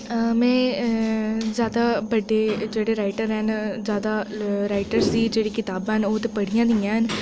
में जैदा बड्डे जेह्ड़े राइटर हैन जैदा राइटरें दी जेह्ड़ियां कताबां न ओह् पढ़ियां नेईं हैन